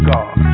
God